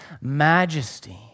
majesty